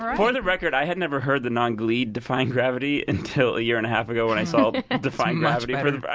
for for the record, i had never heard the non-glee defying gravity until a year and a half ago when i saw defying gravity for the first but i